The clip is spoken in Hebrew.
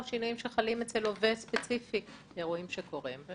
בשל שינויים שחלים אצל לווה ספציפי מאירועים שקורים.